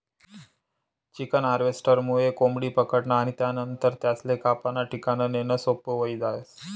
chicken हार्वेस्टरमुये कोंबडी पकडनं आणि त्यानंतर त्यासले कापाना ठिकाणे नेणं सोपं व्हयी जास